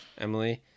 emily